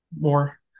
more